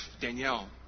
Danielle